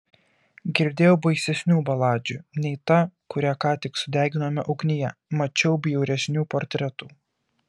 girdėjau baisesnių baladžių nei ta kurią ką tik sudeginome ugnyje mačiau bjauresnių portretų